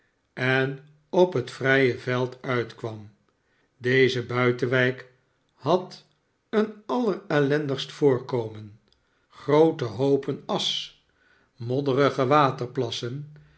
en op het vrije veld uitkwam deze buitenwijk had een alter ellendigst voorkomen groote hoopen asch modderige waterplassen